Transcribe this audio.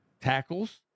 Tackles